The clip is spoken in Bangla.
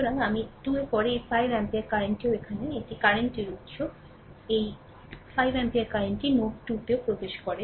সুতরাং এটি আমি 2 এর পরে এই 5 এম্পিয়ার কারেন্টটিও এখানে এটি কারেন্ট উত্স এই 5 এমপিয়ার কারেন্টটি নোড 2 তেও প্রবেশ করে